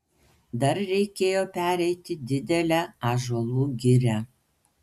dar reikėjo pereiti didelę ąžuolų girią